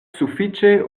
sufiĉe